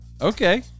okay